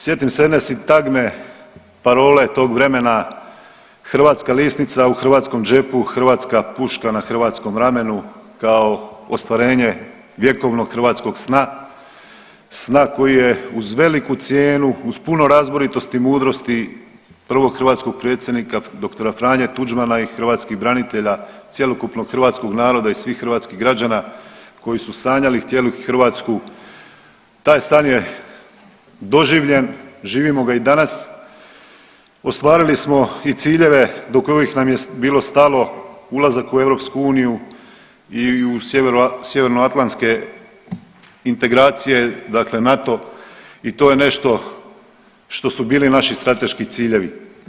Sjetim se jedne sintagme, parole tog vremena „Hrvatska lisnica u hrvatskom džepu, hrvatska puška na hrvatskom ramenu“ kao ostvarenje vjekovnog hrvatskog sna, sna koji je uz veliku cijenu, uz puno razboritosti i mudrosti prvog hrvatskog predsjednika dr. Franje Tuđmana i hrvatskih branitelja i cjelokupnog hrvatskog naroda i svih hrvatskih građana koji su sanjali i htjeli Hrvatsku taj san je doživljen, živimo ga i danas, ostvarili smo i ciljeve do kojih nam je bilo stalo, ulazak u EU i Sjevernoatlantske integracije, dakle NATO i to je nešto što su bili naši strateški ciljevi.